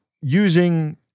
using